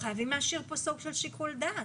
חייבים להשאיר כאן סוג של שיקול דעת.